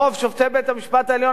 רוב שופטי בית-המשפט העליון,